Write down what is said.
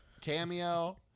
cameo